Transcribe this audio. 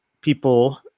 people